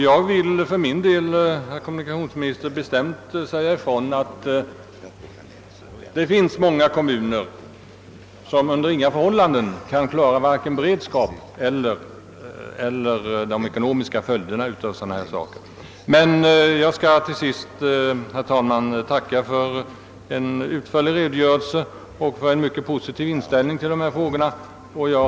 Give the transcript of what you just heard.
Jag vill, herr kommunikationsminister, bestämt hävda att många kommuner under inga förhållanden kan klara kostnaderna för beredskap mot oljeutsläpp och radioaktivt utsläpp. Jag ber emellertid att få tacka för en utförlig redogörelse och för en positiv inställning till dessa frågor.